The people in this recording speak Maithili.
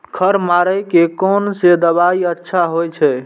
खर मारे के कोन से दवाई अच्छा होय छे?